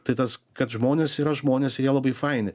tai tas kad žmonės yra žmonės ir jie labai faini